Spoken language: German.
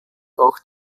auch